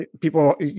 people